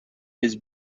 his